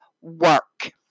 work